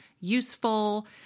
useful